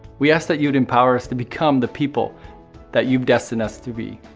we ask that you'd empower us to become the people that you've destined us to be.